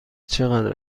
چقدر